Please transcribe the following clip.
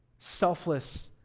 selfless,